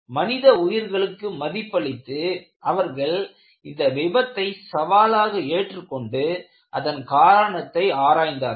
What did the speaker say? மனித உயிர்களுக்கு மதிப்பளித்து அவர்கள் இந்த விபத்தை சவாலாக ஏற்றுக்கொண்டு அதன் காரணத்தை ஆராய்ந்தார்கள்